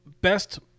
best